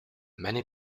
many